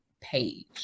page